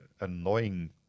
annoying